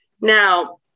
Now